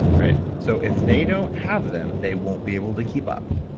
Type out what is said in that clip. right? so if they don't have them, they won't be able to keep up,